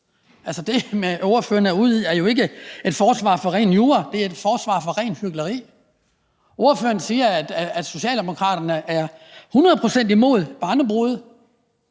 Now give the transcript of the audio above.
er ude i, er jo ikke et forsvar for ren jura – det er et forsvar for rent hykleri. Ordføreren siger, at Socialdemokraterne er hundrede